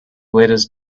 letters